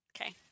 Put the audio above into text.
Okay